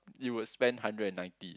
you would spend hundred and ninety